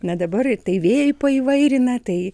na dabar tai vėjai paįvairina tai